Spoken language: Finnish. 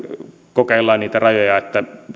kokeillaan niitä rajoja